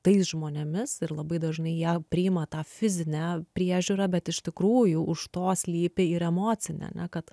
tais žmonėmis ir labai dažnai jie priima tą fizinę priežiūrą bet iš tikrųjų už to slypi ir emocinė ane kad